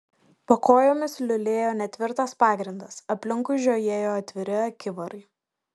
po kojomis liulėjo netvirtas pagrindas aplinkui žiojėjo atviri akivarai